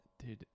Dude